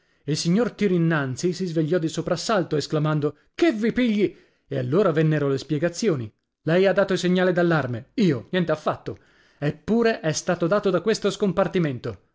il signor tyrynnanzy si svegliò di soprassalto esclamando che vi pigli e allora vennero le spiegazioni lei ha dato il segnale d'allarme io niente affatto eppure è stato dato da questo scompartimento